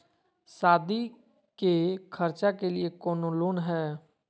सादी के खर्चा के लिए कौनो लोन है?